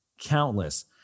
countless